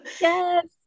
Yes